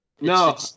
No